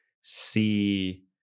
see